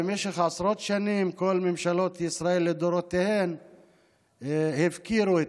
במשך עשרות שנים כל ממשלות ישראל לדורותיהן הפקירו את